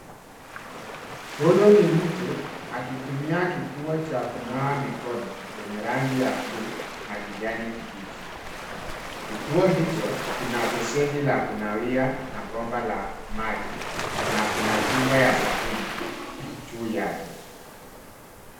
Huyu ni mtu akitumia kituo cha kunawa mikono chenye rangi ya bluu na kijani kibichi. Kituo hicho kina beseni la kunawia na bomba la maji na kuna chupa ya sabuni juu yake.